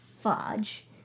fudge